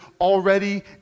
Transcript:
already